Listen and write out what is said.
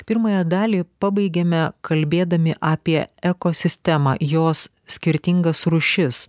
pirmąją dalį pabaigėme kalbėdami apie ekosistemą jos skirtingas rūšis